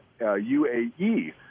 UAE